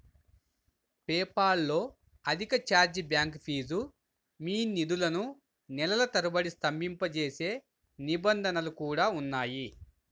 PayPal లో అధిక charge back fee, మీ నిధులను నెలల తరబడి స్తంభింపజేసే నిబంధనలు కూడా ఉన్నాయి